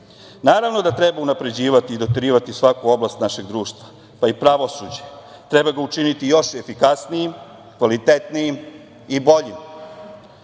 Naravno da treba unapređivati i doterivati svaku oblast našeg društva, pa i pravosuđe. Treba ga učiniti još efikasnijim, kvalitetnijim i boljim.